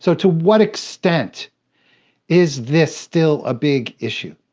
so to what extent is this still a big issue?